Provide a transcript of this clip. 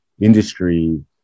Industry